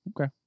Okay